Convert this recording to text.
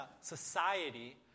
society